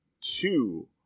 two